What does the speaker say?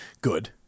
Good